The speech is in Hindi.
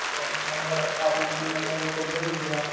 आप अपना नम्मड़ आप अपना नम्मड़ हमको भेज दीजिएगा